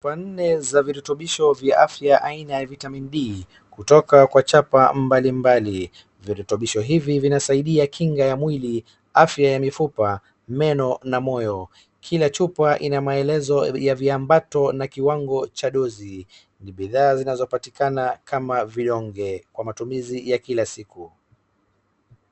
Chupa nne za virutubisho vya afya aina ya Vitamin D kutoka kwa chapa mbalimbali. Virutubisho hivi vinasaidia kinga ya mwili, afya ya mifupa, meno na moyo. Kila chupa ina maelezo ya viambato na kiwango cha dozi. Ni bidhaa zinazopatikana kama vidonge kwa matumizi ya kila siku.